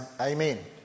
amen